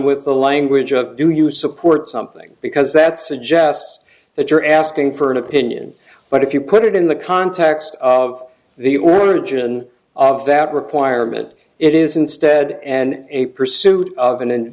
with the language of do you support something because that suggests that you're asking for an opinion but if you put it in the context of the origin of that requirement it is instead and a pursuit of an